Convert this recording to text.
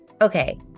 okay